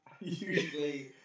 Usually